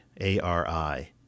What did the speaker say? A-R-I